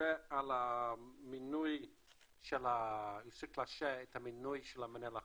דובר על אישור של המינוי של מנהל המחלקה,